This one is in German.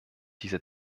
diese